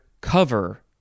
cover